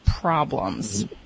problems